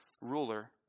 ruler